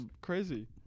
crazy